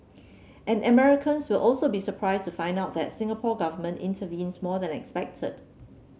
and Americans will also be surprised to find out that Singapore Government intervenes more than expected